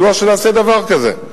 מדוע שנעשה דבר כזה?